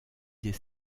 des